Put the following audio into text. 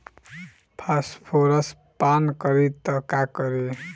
Phosphorus पान करी त का करी?